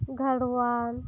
ᱜᱮᱸᱣᱲᱟ